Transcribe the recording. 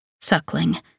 suckling